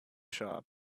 shop